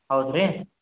ಹೌದ್ರಿ